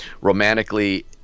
romantically